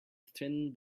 thin